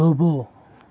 થોભો